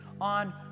on